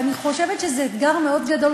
ואני חושבת שזה אתגר מאוד גדול,